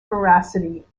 veracity